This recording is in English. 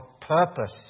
purpose